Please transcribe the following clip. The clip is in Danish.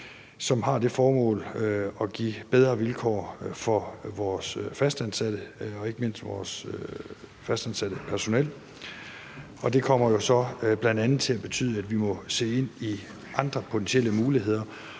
som har det formål at give bedre vilkår for vores fastansatte og ikke mindst vores fastansatte personel, og det kommer bl.a. til at betyde, at vi må se ind i andre potentielle muligheder.